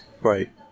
Right